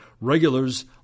regulars